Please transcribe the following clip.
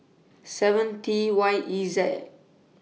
seven T Y E Z